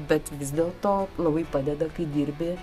bet vis dėlto labai padeda kai dirbi